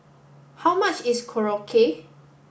how much is Korokke